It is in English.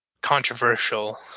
controversial